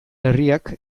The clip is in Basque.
herriak